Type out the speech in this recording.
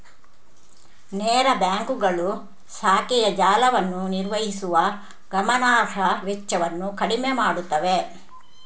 ನೇರ ಬ್ಯಾಂಕುಗಳು ಶಾಖೆಯ ಜಾಲವನ್ನು ನಿರ್ವಹಿಸುವ ಗಮನಾರ್ಹ ವೆಚ್ಚವನ್ನು ಕಡಿಮೆ ಮಾಡುತ್ತವೆ